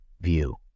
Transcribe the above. view